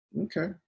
Okay